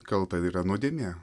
kalta yra nuodėmė